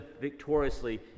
victoriously